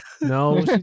No